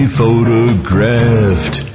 photographed